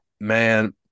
Man